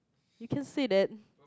you can say that